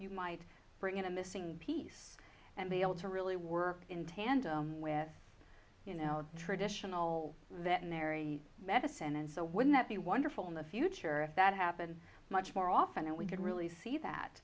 you might bring in a missing piece and be able to really work in tandem with you know the traditional that married medicine and so wouldn't that be wonderful in the future if that happened much more often and we could really see that